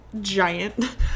giant